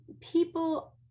People